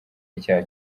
icyaha